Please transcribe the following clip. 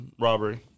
robbery